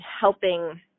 helping